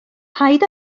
paid